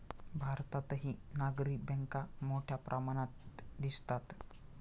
भारतातही नागरी बँका मोठ्या प्रमाणात दिसतात